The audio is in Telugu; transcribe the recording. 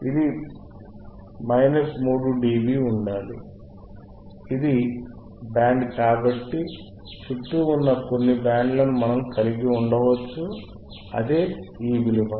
ఒక 3dB ఉంది ఉండాలి ఇది బ్యాండ్ కాబట్టి చుట్టూ ఉన్న కొన్ని బ్యాండ్ను మనం కలిగి ఉండవచ్చు అదే ఈ విలువ